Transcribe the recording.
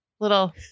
little